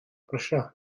brysia